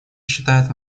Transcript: считает